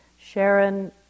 Sharon